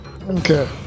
Okay